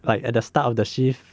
like at the start of the shift